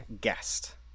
guest